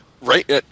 Right